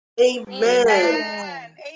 Amen